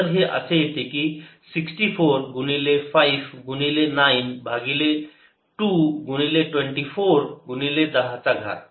तर हे असे येते की 64 गुणिले 5 गुणिले 9 भागिले 2 गुणिले 24 गुणिले 10 घात